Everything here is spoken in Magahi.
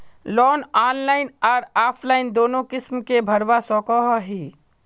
लोन ऑनलाइन आर ऑफलाइन दोनों किसम के भरवा सकोहो ही?